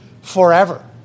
forever